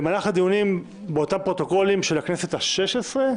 במהלך הדיונים באותם פרוטוקולים של הכנסת החמש-עשרה